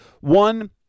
One